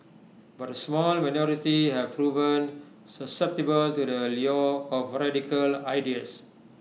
but A small minority have proven susceptible to the lure of radical ideas